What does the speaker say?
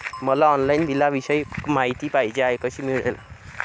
मला ऑनलाईन बिलाविषयी माहिती पाहिजे आहे, कशी मिळेल?